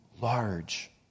large